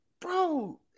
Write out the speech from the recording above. bro